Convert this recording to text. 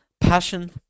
Passion